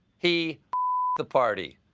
he the party.